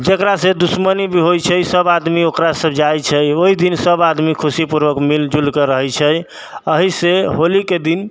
जकरासँ दुश्मनी भी होइ छै सब आदमी ओकरासँ जाइ छै ओहिदिन सब आदमी खुशीपूर्वक मिलिजुलिकऽ रहै छै एहिसँ होलीके दिन